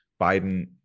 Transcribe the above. biden